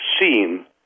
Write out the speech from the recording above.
seen